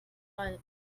drei